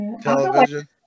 Television